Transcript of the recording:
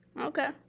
okay